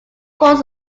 forms